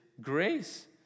grace